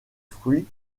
fruits